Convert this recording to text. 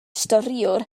storïwr